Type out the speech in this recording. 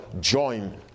join